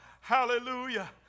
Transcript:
hallelujah